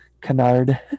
canard